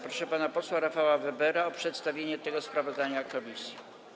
Proszę pana posła Rafała Webera o przedstawienie tego sprawozdania komisji.